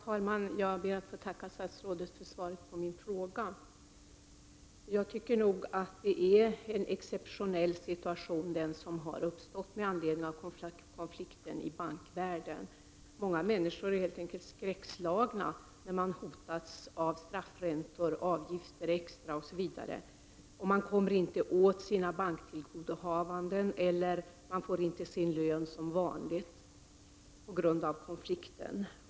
Herr talman! Jag ber att få tacka statsrådet för svaret på min fråga. Jag tycker att den situation som har uppstått med anledning av konflikten i bankvärlden är exceptionell. Många människor är helt enkelt skräckslagna när de har hotats med straffräntor, extra avgifter osv. Människor kommer inte åt sina banktillgodohavanden och får inte sin lön som vanligt på grund av konflikten.